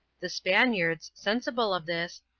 the spaniards, sensible of this,